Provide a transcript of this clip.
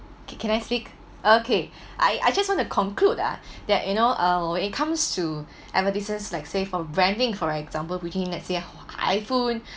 can I speak okay I just want to conclude ah that you know uh it comes to advertisment like safe of branding for example between let's say hua~ iPhone